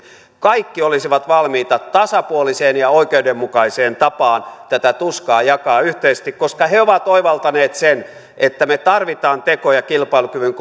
kaikki olisivat valmiita tasapuoliseen ja oikeudenmukaiseen tapaan tätä tuskaa jakamaan yhteisesti koska he ovat oivaltaneet sen että me tarvitsemme tekoja kilpailukyvyn